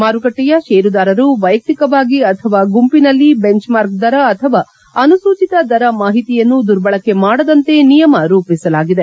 ಮಾರುಕಟ್ಟೆಯ ಷೇರುದಾರರು ವೈಯಕ್ತಿಕವಾಗಿ ಅಥವಾ ಗುಂಪಿನಲ್ಲಿ ಬೆಂಚ್ಮಾರ್ಕ್ ದರ ಅಥವಾ ಅನುಸೂಚಿತ ದರ ಮಾಹಿತಿಯನ್ನು ದುರ್ಬಳಕೆ ಮಾಡದಂತೆ ನಿಯಮ ರೂಪಿಸಲಾಗಿದೆ